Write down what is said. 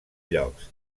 llocs